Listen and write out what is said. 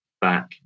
back